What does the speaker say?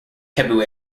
cebu